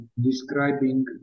describing